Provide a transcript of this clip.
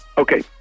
Okay